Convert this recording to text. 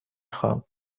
خواهم